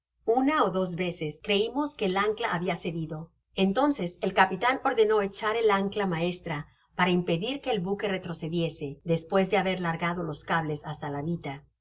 una ó dos veces creimos que el ancla habia cedido entonces el capitan ordenó echar el ancla maestra para impedir que el buque retrocediese despues de haber largado los cables hasta ja bita